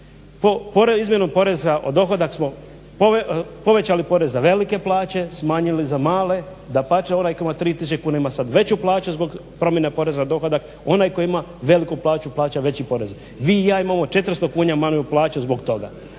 Po izmjenom poreza povećali porez za velike plaće, smanjili za manje, dapače onaj koji ima tri tisuće kuna ima sad veću plaću zbog promjene poreza na dohodak. Onaj tko ima veliku plaću plaća veći porez. Vi i ja imamo 400 kuna manju plaću zbog toga.